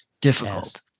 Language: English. difficult